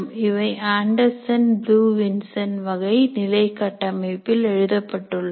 இவை Anderson blue Vincent வகை நிலை கட்டமைப்பில் எழுதப்பட்டுள்ளது